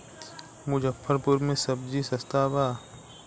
मुजफ्फरपुर में सबजी सस्ता बा